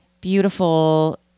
beautiful